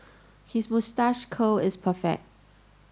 his moustache curl is perfect